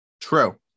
True